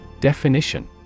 Definition